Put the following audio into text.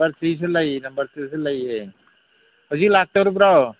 number ꯊ꯭ꯔꯤꯁꯨ ꯂꯩ number ꯇꯨꯁꯨ ꯂꯩ ꯍꯧꯖꯤꯛ ꯂꯥꯛꯇꯣꯔꯤꯕ꯭ꯔꯣ